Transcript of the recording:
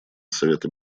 совета